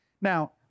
Now